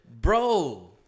Bro